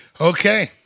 Okay